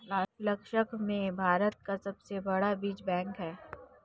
लद्दाख में भारत का सबसे बड़ा बीज बैंक है